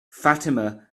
fatima